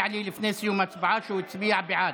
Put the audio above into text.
לי לפני סיום ההצבעה שהוא הצביע בעד,